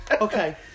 Okay